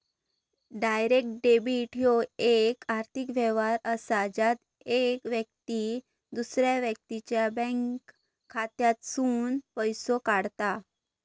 direct debit ह्यो येक आर्थिक व्यवहार असा ज्यात येक व्यक्ती दुसऱ्या व्यक्तीच्या बँक खात्यातसूनन पैसो काढता